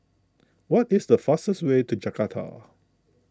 what is the fastest way to Jakarta